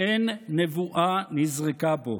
מעין נבואה נזרקה בו.